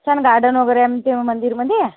छान गार्डन वगैरे आहे त्या मंदिरमध्ये